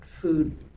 Food